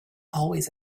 always